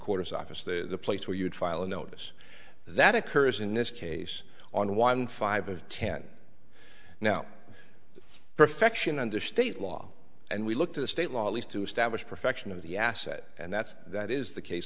recorder's office the place where you would file a notice that occurs in this case on one five of ten now perfection under state law and we look to the state law at least to establish perfection of the asset and that's that is the case